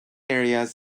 areas